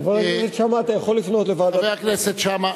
חבר הכנסת שאמה,